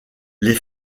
les